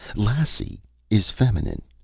lassie is feminine.